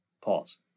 Pause